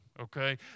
okay